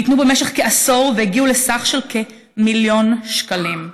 ניתנו במשך כעשור והגיעו לסכום של כמיליון שקלים,